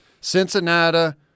Cincinnati –